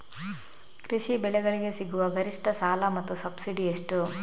ಕೃಷಿ ಬೆಳೆಗಳಿಗೆ ಸಿಗುವ ಗರಿಷ್ಟ ಸಾಲ ಮತ್ತು ಸಬ್ಸಿಡಿ ಎಷ್ಟು?